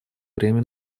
время